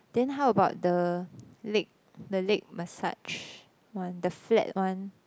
then how about the leg the leg massage one the flat one